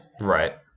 Right